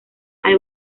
hay